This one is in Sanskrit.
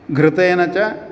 घृतेन च